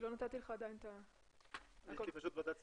יש לי ועדת כספים.